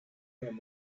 him